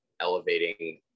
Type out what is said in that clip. elevating